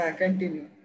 continue